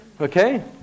Okay